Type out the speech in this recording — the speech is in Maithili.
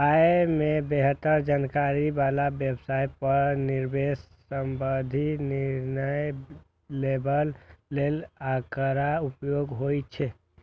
अय मे बेहतर जानकारी बला व्यवसाय आ निवेश संबंधी निर्णय लेबय लेल आंकड़ाक उपयोग होइ छै